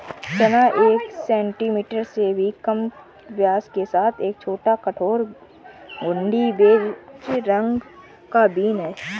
चना एक सेंटीमीटर से भी कम व्यास के साथ एक छोटा, कठोर, घुंडी, बेज रंग का बीन है